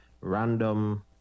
random